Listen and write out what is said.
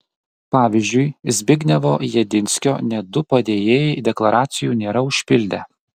pavyzdžiui zbignevo jedinskio net du padėjėjai deklaracijų nėra užpildę